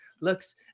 looks